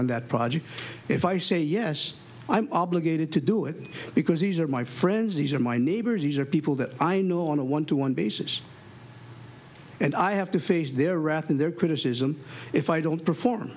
on that project if i say yes i'm obligated to do it because these are my friends these are my neighbors these are people that i know on a one to one basis and i have to face their wrath in their criticism if i don't perform